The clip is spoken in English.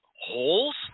holes